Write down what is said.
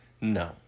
No